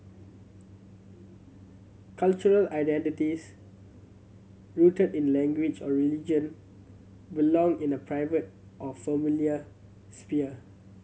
cultural identities rooted in language or religion belong in the private or familial sphere